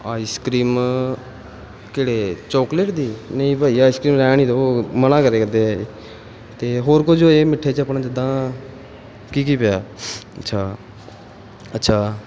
ice cream ਕਿਹੜੇ chocolate ਦੀ ਨਹੀਂ ਭਾਜੀ ਆਈਸ ਕ੍ਰੀਮ ਰਹਿਣ ਹੀ ਦਿਓ ਮਨਾ ਕਰਿਆ ਕਰਦੇ ਆ ਇਹ ਤਾਂ ਹੋਰ ਕੁਝ ਹੋਏ ਮਿੱਠੇ 'ਚ ਆਪਣਾ ਜਿੱਦਾਂ ਕੀ ਕੀ ਪਿਆ ਅੱਛਾ ਅੱਛਾ